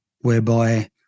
whereby